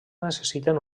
necessiten